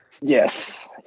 Yes